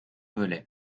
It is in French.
velay